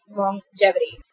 longevity